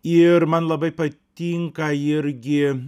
iir man labai patinka irgi